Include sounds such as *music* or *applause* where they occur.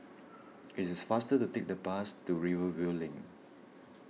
*noise* it is faster to take the bus to Rivervale Link